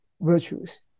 virtues